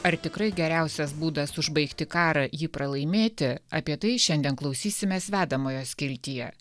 ar tikrai geriausias būdas užbaigti karą jį pralaimėti apie tai šiandien klausysimės vedamoje skiltyje